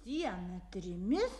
dieną trimis